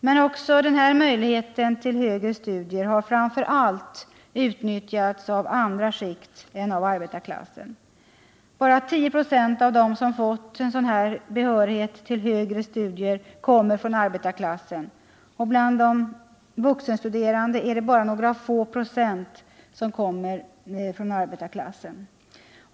Men också denna möjlighet till högre studier har framför allt utnyttjats av andra skikt än arbetarklassen: endast 10 96 av dem som fått sådan behörighet till högre studier kommer från arbetarklassen, och bland samtliga vuxenstuderande är endast några få procent arbetare.